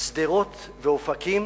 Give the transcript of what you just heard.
שדרות ואופקים